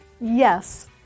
Yes